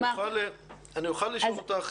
אוקיי, אוכל לשאול אותך